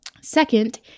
Second